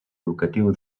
educatiu